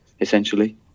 essentially